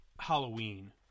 Halloween